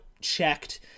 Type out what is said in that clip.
checked